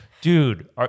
dude